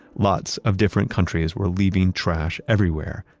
lots of different countries were leaving trash everywhere,